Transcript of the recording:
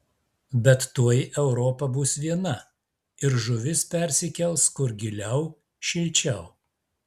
bet tuoj europa bus viena ir žuvis persikels kur giliau šilčiau